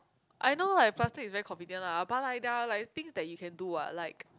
I know like plastic is very convenient lah but like there are like things that you can do what like